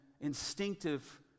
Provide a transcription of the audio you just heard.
instinctive